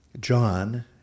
John